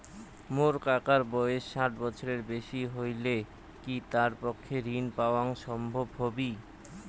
মোর কাকার বয়স ষাট বছরের বেশি হলই কি তার পক্ষে ঋণ পাওয়াং সম্ভব হবি?